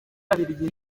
y’ababiligi